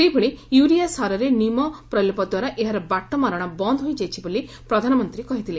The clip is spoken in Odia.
ସେହିଭଳି ୟୁରିଆ ସାରରେ ନିମ ପ୍ରଲେପ ଦ୍ୱାରା ଏହାର ବାଟମାରଣା ବନ୍ଦ୍ ହୋଇଯାଇଛି ବୋଲି ପ୍ରଧାନମନ୍ତୀ କହିଥିଲେ